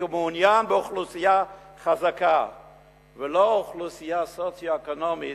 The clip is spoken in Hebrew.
כי הוא מעוניין באוכלוסייה חזקה ולא באוכלוסייה במצב סוציו-אקונומי